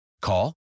Call